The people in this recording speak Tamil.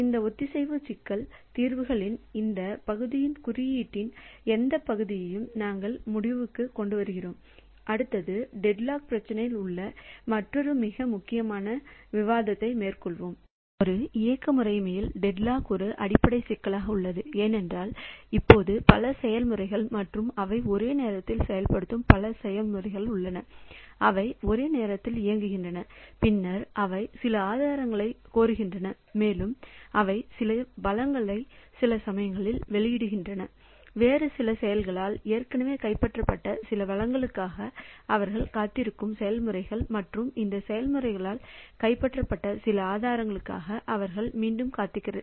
இந்த ஒத்திசைவு சிக்கல் தீர்வுகளின் இந்த பகுதியின் குறியீட்டின் இந்த பகுதியை நாங்கள் முடிவுக்குக் கொண்டுவருகிறோம் அடுத்தது டெட்லாக் பிரச்சினையில் உள்ள மற்றொரு மிக முக்கியமான விவாதத்தை மேற்கொள்ளும் ஒரு இயக்க முறைமையில் டெட்லாக் ஒரு அடிப்படை சிக்கலாக உள்ளது ஏனென்றால் இப்போது பல செயல்முறைகள் மற்றும் அவை ஒரே நேரத்தில் செயல்படுத்தும் பல செயல்முறைகள் உள்ளன அவை ஒரே நேரத்தில் இயங்குகின்றன பின்னர் அவை சில ஆதாரங்களைக் கோருகின்றன மேலும் அவை சில வளங்களை சில சமயங்களில் வெளியிடுகின்றன வேறு சில செயல்களால் ஏற்கனவே கைப்பற்றப்பட்ட சில வளங்களுக்காக அவர்கள் காத்திருக்கும் செயல்முறைகள் மற்றும் இந்த செயல்முறைகளால் கைப்பற்றப்பட்ட சில ஆதாரங்களுக்காக அவர்கள் மீண்டும் காத்திருக்கிறார்கள்